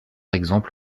exemple